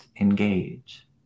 engage